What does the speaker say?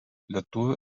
lietuvių